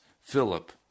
Philip